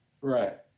right